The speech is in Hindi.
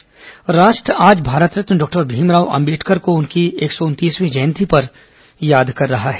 अंबेडकर जयंती राष्ट्र आज भारत रत्न डॉक्टर भीमराव अंबेडकर को उनकी एक सौ उनतीसवीं जयंती पर याद कर रहा है